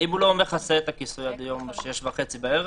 אם הוא לא מכסה את השיק עד 18:30 בערב,